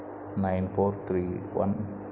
nine four three one